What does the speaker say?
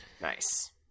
Nice